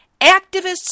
Activists